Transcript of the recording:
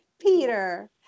Peter